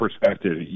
perspective